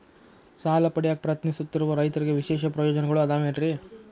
ಸಾಲ ಪಡೆಯಾಕ್ ಪ್ರಯತ್ನಿಸುತ್ತಿರುವ ರೈತರಿಗೆ ವಿಶೇಷ ಪ್ರಯೋಜನಗಳು ಅದಾವೇನ್ರಿ?